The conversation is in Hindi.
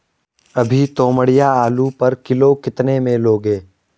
अभी तोमड़िया आलू पर किलो कितने में लोगे?